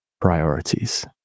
priorities